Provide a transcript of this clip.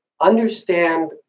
understand